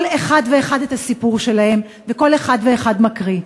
כל אחד ואחד סיפר את הסיפור שלהם וכל אחד ואחד מקריא.